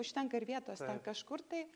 užtenka ir vietos kažkur tai